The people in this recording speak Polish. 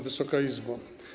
Wysoka Izbo!